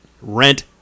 rent